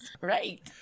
Right